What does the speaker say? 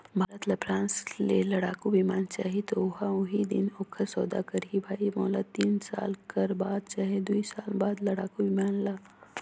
भारत ल फ्रांस ले लड़ाकु बिमान चाहीं त ओहा उहीं दिन ओखर सौदा करहीं भई मोला तीन साल कर बाद चहे दुई साल बाद लड़ाकू बिमान ल